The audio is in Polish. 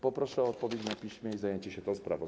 Poproszę o odpowiedź na piśmie i zajęcie się tą sprawą.